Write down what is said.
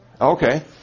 Okay